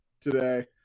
today